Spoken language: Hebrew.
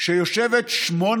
שיושבת 800